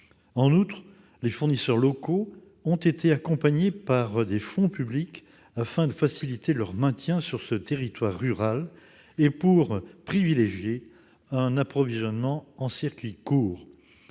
En outre, les fournisseurs locaux ont été accompagnés par des fonds publics afin de faciliter leur maintien sur ce territoire rural et de privilégier un approvisionnement en circuit court.